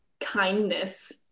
kindness